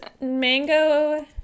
mango